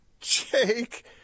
Jake